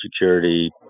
Security